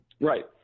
right